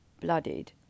bloodied